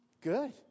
Good